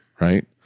Right